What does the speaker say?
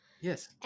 Yes